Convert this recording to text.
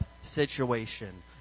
situation